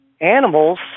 animals